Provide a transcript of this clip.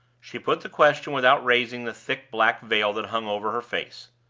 she put the question without raising the thick black veil that hung over her face.